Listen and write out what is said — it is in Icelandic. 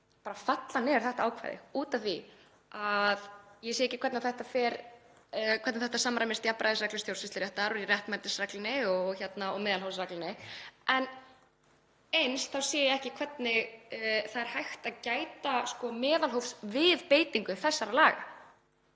að fella niður þetta ákvæði af því að ég sé ekki hvernig þetta samræmist jafnræðisreglu stjórnsýsluréttar, réttmætisreglunni og meðalhófsreglunni. En eins þá sé ég ekki hvernig það er hægt að gæta meðalhófs við beitingu þessara laga.